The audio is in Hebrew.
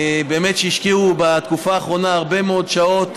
שבאמת השקיעו בתקופה האחרונה הרבה מאוד שעות.